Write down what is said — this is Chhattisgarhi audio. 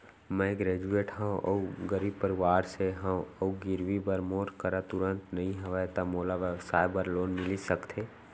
मैं ग्रेजुएट हव अऊ गरीब परवार से हव अऊ गिरवी बर मोर करा तुरंत नहीं हवय त मोला व्यवसाय बर लोन मिलिस सकथे?